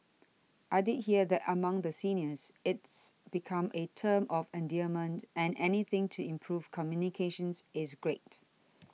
I did hear that among the seniors it's become a term of endearment and anything to improve communications is great